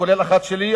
כולל אחת שלי,